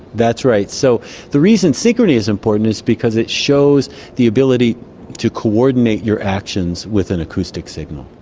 that's right. so the reason synchrony is important is because it shows the ability to coordinate your actions with an acoustic signal.